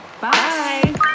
Bye